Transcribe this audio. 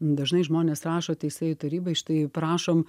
dažnai žmonės rašo teisėjų tarybai štai prašom